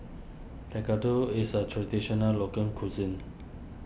Tekkadon is a Traditional Local Cuisine